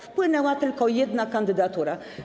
Wpłynęła tylko jedna kandydatura.